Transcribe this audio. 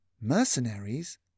Mercenaries